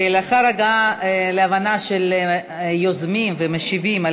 לאחר הגעה להבנה של היוזמים והמשיבים על